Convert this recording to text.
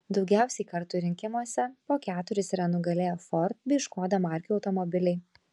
daugiausiai kartų rinkimuose po keturis yra nugalėję ford bei škoda markių automobiliai